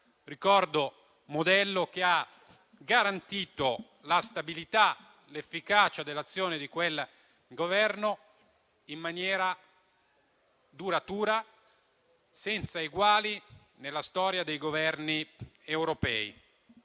ricordo - ha garantito la stabilità, l'efficacia dell'azione di quel Governo in maniera duratura, senza eguali nella storia dei Governi europei,